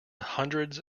hundreds